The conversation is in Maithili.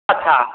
अच्छा